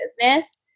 business